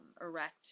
erect